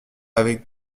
avec